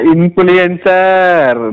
Influencer